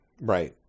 Right